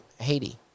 haiti